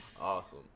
awesome